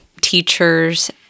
teachers